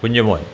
Kunjumon